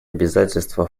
обязательства